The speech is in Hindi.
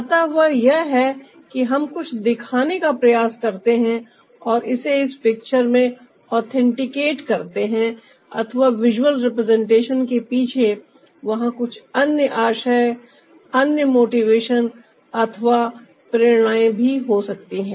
अतः यह वह है कि हम कुछ दिखाने का प्रयास करते हैं और इसे एक पिक्चर में ऑथेंटिकेट करते हैं अथवा विजुअल रिप्रेजेंटेशन के पीछे वहां कुछ अन्य आशय अन्य मोटीवेशन अथवा प्रेरणाएं भी हो सकती हैं